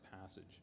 passage